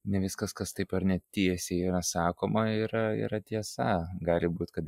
ne viskas kas taip ar ne tiesiai yra sakoma yra yra tiesa gali būti kad